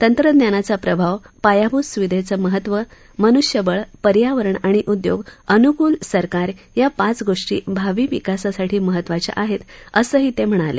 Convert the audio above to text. तंत्रज्ञानाच प्रभाव पायाभूत सुविधेचं महत्व मनुष्यबळ पर्यावरण आणि उदयोग अनुकुल सरकार या पाच गोष्टी भावी विकासासाठी महत्त्वाच्या आहेत असंही ते म्हणाले